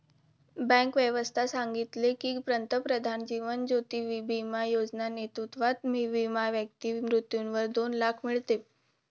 bank व्यवस्था सांगितले की, पंतप्रधान जीवन ज्योती बिमा योजना नेतृत्वात विमा व्यक्ती मृत्यूवर दोन लाख मीडते